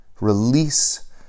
release